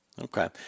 Okay